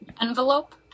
envelope